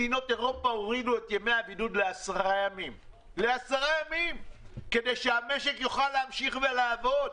הורידו את ימי הבידוד לעשרה ימים כדי שהמשק יוכל להמשיך ולעבוד.